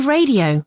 Radio